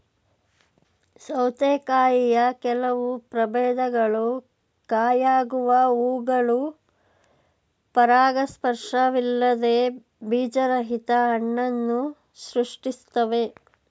ಸೌತೆಕಾಯಿಯ ಕೆಲವು ಪ್ರಭೇದಗಳು ಕಾಯಾಗುವ ಹೂವುಗಳು ಪರಾಗಸ್ಪರ್ಶವಿಲ್ಲದೆಯೇ ಬೀಜರಹಿತ ಹಣ್ಣನ್ನು ಸೃಷ್ಟಿಸ್ತವೆ